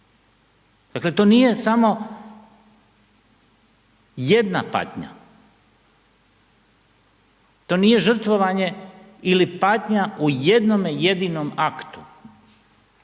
dakle to nije samo jedna patnja, to nije žrtvovanje ili patnja u jednom jedinom aktu.